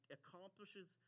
accomplishes